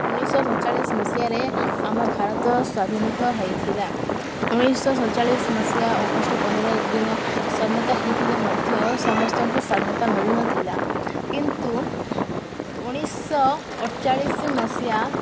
ଉଣେଇଶହ ସତଚାଳିଶ ମସିହାରେ ଆମ ଭାରତ ସ୍ଵାଧୀନତା ହେଇଥିଲା ଉଣେଇଶହ ସତଚାଳିଶ ମସିହା ଅଗଷ୍ଟ ପନ୍ଦର ଦିନ ସ୍ଵାଧୀନତା ହେଇଥିଲେ ମଧ୍ୟ ସମସ୍ତଙ୍କୁ ସ୍ଵାଧୀନତା ମିଳୁନଥିଲା କିନ୍ତୁ ଉଣେଇଶ ଅଠଚାଳିଶ ମସିହା